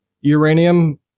uranium